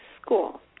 School